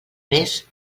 més